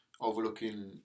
overlooking